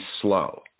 slow